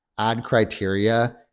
add criteria,